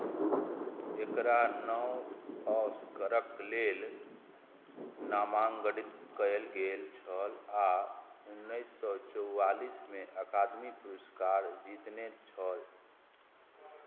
एकरा नओ ऑस्करक लेल नामाङ्कित कयल गेल छल आ उन्नैस सए चौआलिसमे अकादमी पुरस्कार जितने छल